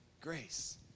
grace